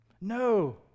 No